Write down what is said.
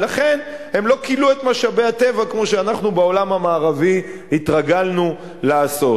ולכן הם לא כילו את משאבי הטבע כמו שאנחנו בעולם המערבי התרגלנו לעשות.